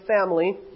family